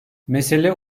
mesele